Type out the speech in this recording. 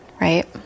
right